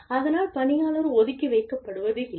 அதனால் பணியாளர் ஒதுக்கி வைக்கப்படுவதில்லை